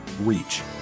reach